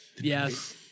yes